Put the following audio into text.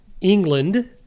England